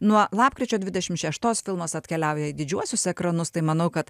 nuo lapkričio dvidešimt šeštos filmas atkeliauja į didžiuosius ekranus tai manau kad